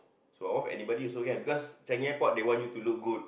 Sembawang Wharf anybody also can because Changi Airport they want you to look good